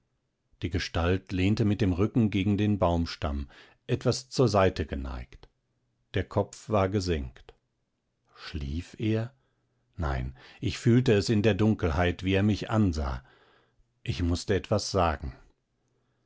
die gestalt lehnte mit dem rücken gegen den baumstamm etwas zur seite geneigt der kopf war gesenkt schlief er nein ich fühlte es in der dunkelheit wie er mich ansah ich mußte etwas sagen